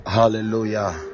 hallelujah